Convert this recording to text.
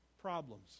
problems